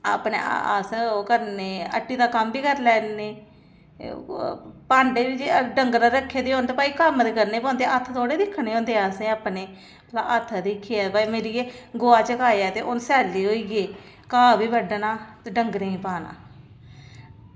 अपने अस ओह् करने हट्टी दा कम्म बी करी लैने भांडे बी जे डंगर रक्खे दे होन ते भई कम्म ते करने गै पौंदे हत्थ थोह्ड़े दिक्खने होंदे असें अपने हत्थ मतलब दिक्खियै भई मेरी एह् गोहा चकाया ते हून एह् सैल्ले होई गे घाऽ बी बड्ढना ते डंगरें गी पाना